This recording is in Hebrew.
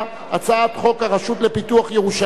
הצעת חוק הרשות לפיתוח ירושלים,